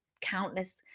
countless